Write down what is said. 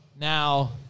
Now